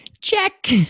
Check